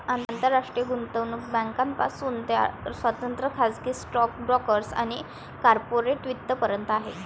आंतरराष्ट्रीय गुंतवणूक बँकांपासून ते स्वतंत्र खाजगी स्टॉक ब्रोकर्स आणि कॉर्पोरेट वित्त पर्यंत आहे